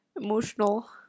emotional